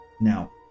Now